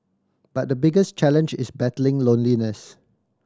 but the biggest challenge is battling loneliness